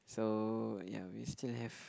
so ya we still have